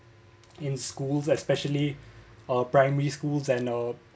in schools especially uh primary schools and uh